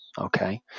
okay